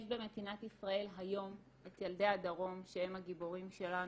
יש במדינת ישראל היום את ילדי הדרום שהם הגיבורים שלנו.